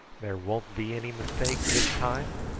there won't be any mistake this time?